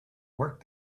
work